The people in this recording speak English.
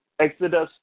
Exodus